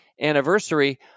anniversary